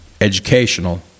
Educational